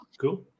cool